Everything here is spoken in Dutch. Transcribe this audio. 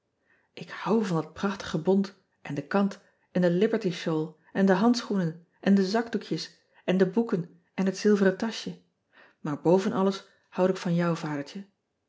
k hou van dat prachtige bont en de kant en de iberty shawl en de handschoenen en de zakdoekjes en de boeken en het zilveren taschje maar boven alles hou ik van jou adertje